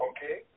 Okay